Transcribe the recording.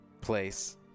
place